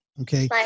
okay